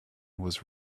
was